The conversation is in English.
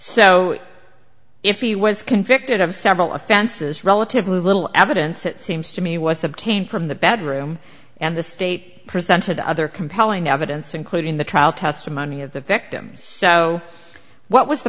so if he was convicted of several offenses relatively little evidence it seems to me was obtained from the bedroom and the state presented other compelling evidence including the trial testimony of the victims so what was the